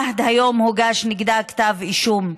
עהד, היום הוגש נגדה כתב אישום.